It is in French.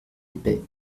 épais